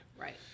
Right